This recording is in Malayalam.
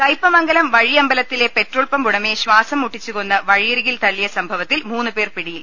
കയ്പമംഗലം വഴിയമ്പലത്തിലെ പെട്രോൾ പമ്പ് ഉടമയെ ശ്വാസംമുട്ടിച്ചുകൊന്നു വഴിയരികിൽ തള്ളിയ സംഭവത്തിൽ മൂന്നുപേർ പിടിയിൽ